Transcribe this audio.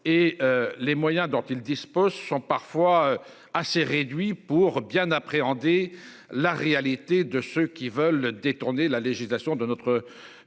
les moyens dont ils disposent sont parfois assez réduit pour bien appréhender la réalité de ce qu'ils veulent détourner la législation de notre pays